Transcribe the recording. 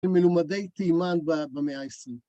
ומלומדי תימן במאה ה-20.